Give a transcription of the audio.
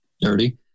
dirty